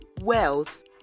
Wealth